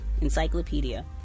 encyclopedia